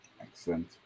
Excellent